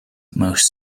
most